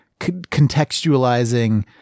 contextualizing